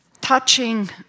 Touching